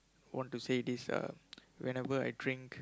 want to say this uh whenever I drink